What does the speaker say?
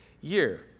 year